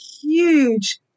Huge